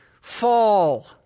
Fall